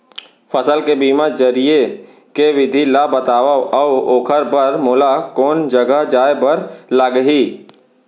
फसल के बीमा जरिए के विधि ला बतावव अऊ ओखर बर मोला कोन जगह जाए बर लागही?